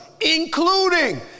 including